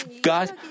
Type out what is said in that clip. God